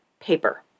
paper